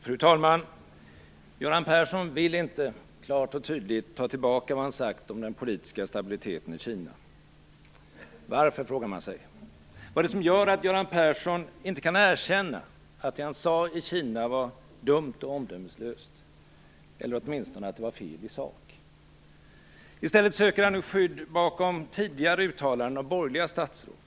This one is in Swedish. Fru talman! Göran Persson vill inte klart och tydligt ta tillbaka det som han har sagt om den politiska stabiliteten i Kina. Varför? frågar man sig. Vad är det som gör att Göran Persson inte kan erkänna att det som han sade i Kina var dumt och omdömeslöst eller åtminstone att det var fel i sak. I stället söker han nu skydd bakom tidigare uttalanden av borgerliga statsråd.